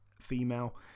female